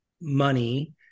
money